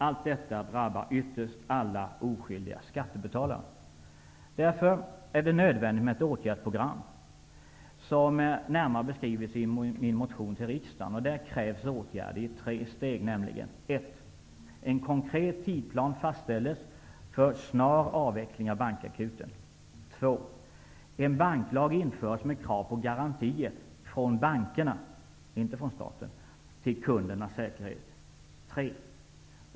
Allt detta drabbar ytterst alla oskyldiga skattebetalare. Därför är det nödvändigt med det åtgärdsprogram som närmare beskrivs i min motion till riksdagen. Där krävs åtgärder i tre steg, nämligen: 2. En banklag införes med krav på garantier från bankerna, inte från staten, till kundernas säkerhet. 3.